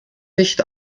nicht